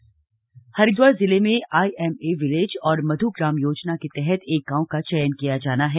IMA village योजना हरिद्वार जिले में आईएमए विलेज और मध् ग्राम योजना के तहत एक गांव का चयन किया जाना है